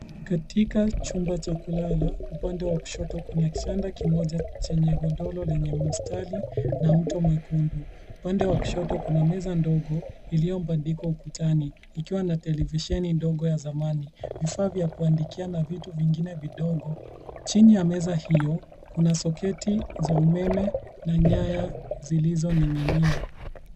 Katika chumba cha kulala, upande wa kushoto, kuna kitanda kimoja chenye godoro lenye mustari na mto mwekundu. Upande wa kushoto, kuna meza ndogo iliyobandikwa ukutani ikiwa na televisheni ndogo ya zamani, vifaa vya kuandikia na vitu vingine vidogo. Chini ya meza hio kuna soketi za umeme na nyaya zilizoning'inia.